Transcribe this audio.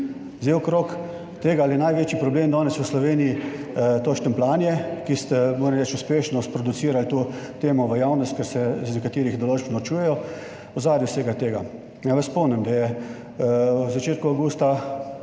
Zdaj, okrog tega ali je največji problem danes v Sloveniji to štempljanje, ki ste, moram reči, uspešno sproducirali to temo v javnost, ker se iz nekaterih določb norčujejo, V ozadju vsega tega. Naj vas spomnim, da je v začetku avgusta